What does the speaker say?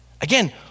Again